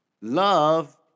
Love